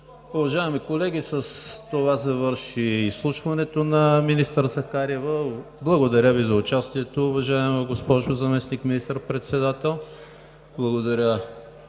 Уважаеми колеги, с това завърши изслушването на министър Захариева. Благодаря Ви за участието, уважаема госпожо Заместник министър-председател. Благодаря